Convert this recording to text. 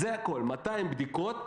זה הכול, 200 בדיקות.